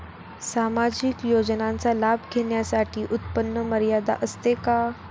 सामाजिक योजनांचा लाभ घेण्यासाठी उत्पन्न मर्यादा असते का?